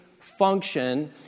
function